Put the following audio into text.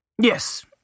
Yes